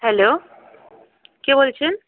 hello কে বলছেন